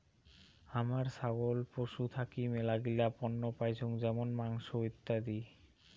খামার ছাগল পশু থাকি মেলাগিলা পণ্য পাইচুঙ যেমন মাংস, ইত্যাদি